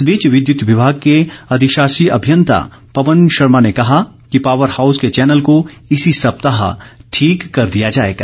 इस बीच विद्युत विभाग के अधिशाषी अभियंता पवन शर्मा ने कहा कि पावर हाउस के चैनल को इसी सप्ताह ठीक कर दिया जाएगा